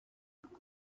vous